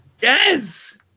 Yes